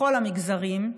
לכל המגזרים,